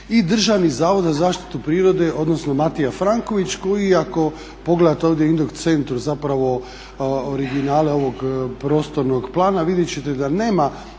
i Državni zavod za zaštitu prirode odnosno Matija Franković koji ako pogledate ovdje … centru originale ovog prostornog plana vidjet ćete da nema